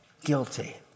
guilty